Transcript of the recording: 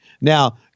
Now